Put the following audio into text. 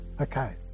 Okay